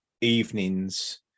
evenings